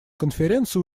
конференция